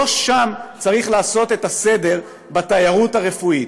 לא שם צריך לעשות את הסדר בתיירות הרפואית.